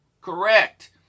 Correct